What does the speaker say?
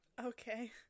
Okay